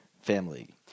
family